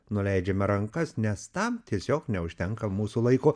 nuleidžiame rankas nes tam tiesiog neužtenka mūsų laiko